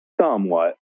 somewhat